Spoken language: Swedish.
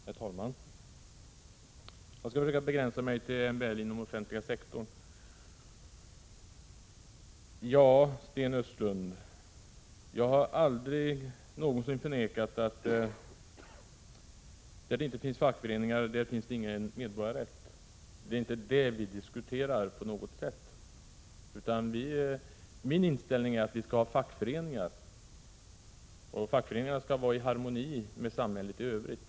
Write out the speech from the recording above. Herr talman! Jag skall försöka begränsa mig till MBL inom den offentliga sektorn. Jag har aldrig någonsin förnekat, Sten Östlund, att där det inte finns fackföreningar finns ingen medborgarrätt. Det är inte det vi diskuterar. Min inställning är att vi skall ha fackföreningar, och de skall vara i harmoni med samhället i övrigt.